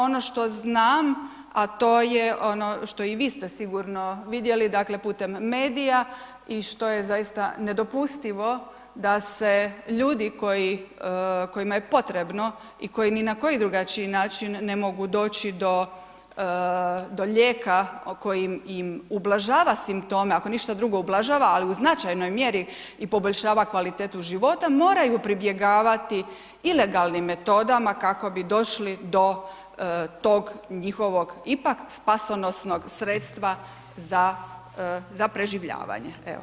Ono što znam, a to je ono što i vi ste sigurno vidjeli dakle putem medija i što je zaista nedopustivo da se ljudi koji, kojima je potrebno i koji ni na koji drugačiji način ne mogu doći do lijeka o kojim im ublažava simptome, ako ništa drugo ublažava, ali u značajnoj mjeri i poboljšava kvalitetu života, moraju pribjegavati ilegalnim metodama kako bi došli do tog njihovog ipak spasonosnog sredstva za preživljavanje.